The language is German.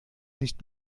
nicht